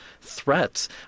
threats